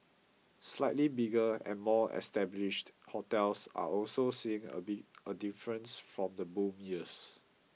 slightly bigger and more established hotels are also seeing a big a difference from the boom years